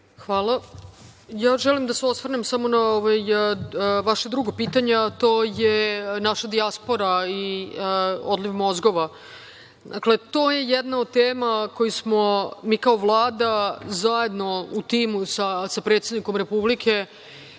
Hvala. Želim da se osvrnem samo na vaše drugo pitanje, a to je naša dijaspora i odliv mozgova. Dakle, to je jedna od tema koju smo mi kao Vlada zajedno u timu sa predsednikom Republike,